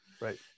Right